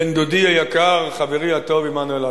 כן, בן-דודי היקר, חברי הטוב עמנואל הלפרין.